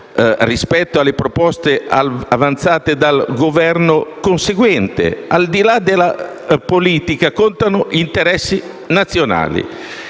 voto sulle proposte avanzate dal Governo sarà conseguente. Al di là della politica, contano gli interessi nazionali